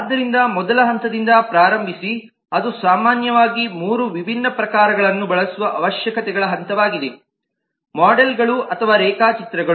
ಆದ್ದರಿಂದ ಮೊದಲ ಹಂತದಿಂದ ಪ್ರಾರಂಭಿಸಿ ಅದು ಸಾಮಾನ್ಯವಾಗಿ 3 ವಿಭಿನ್ನ ಪ್ರಕಾರಗಳನ್ನು ಬಳಸುವ ಅವಶ್ಯಕತೆಗಳ ಹಂತವಾಗಿದೆ ಮೋಡೆಲ್ಗಳು ಅಥವಾ ರೇಖಾಚಿತ್ರಗಳು